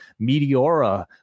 Meteora